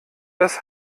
das